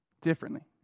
differently